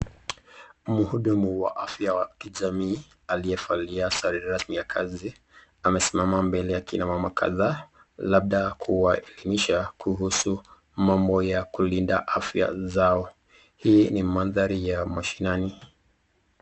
Mhudumu wa afya wa kijamii aliyevalia sare rasmi ya kazi amesimama mbele ya kina mama kadhaa labda kuwaelimisha kuhusu mambo ya kulinda afya zao. Hii ni mandhari ya mashinani.